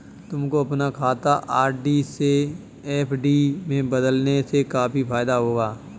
तुमको अपना खाता आर.डी से एफ.डी में बदलने से काफी फायदा होगा